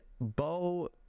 Bo